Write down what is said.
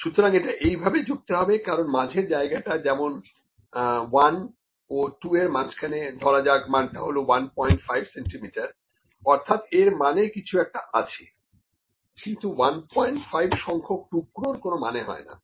সুতরাং এটা এই ভাবে যুক্ত হবে কারণ মাঝের জায়গাটা যেমন 1 ও 2 এর মাঝখানে ধরা যাক মানটা হলো 15 সেন্টিমিটার অর্থাৎ এর মানে কিছু একটা আছে কিন্তু 15 সংখ্যক টুকরোর কোনো মানে হয় না